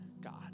God